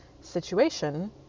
situation